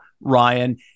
Ryan